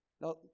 Now